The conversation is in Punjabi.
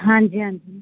ਹਾਂਜੀ ਹਾਂਜੀ